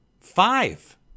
Five